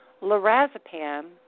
Lorazepam